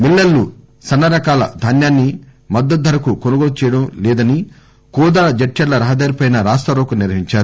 మిల్లర్లు సన్నరకాల ధాన్యాన్ని మద్దతు ధరకు కొనుగోలు చేయడం లేదని కోదాడ జడ్చర్ల రహదారిపై రాస్తారోకో నిర్వహిందారు